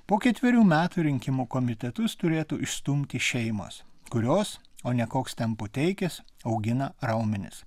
po ketverių metų rinkimų komitetus turėtų išstumti šeimos kurios o ne koks ten puteikis augina raumenis